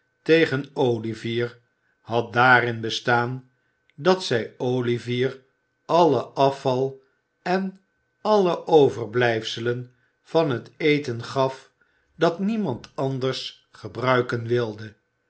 tegen olivier had daarin bestaan dat zij olivier allen afval en alle overblijfselen van het eten gaf dat niemand anders gebruiken wilde